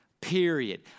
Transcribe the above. period